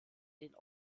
den